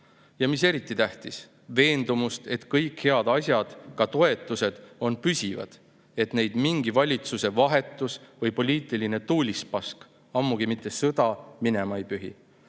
Ja mis eriti tähtis – veendumust, et kõik head asjad, ka toetused, on püsivad, et neid mingi valitsuse vahetus või poliitiline tuulispask (ammugi mitte sõda) minema ei pühi.